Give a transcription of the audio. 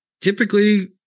typically